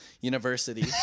University